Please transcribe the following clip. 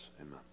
Amen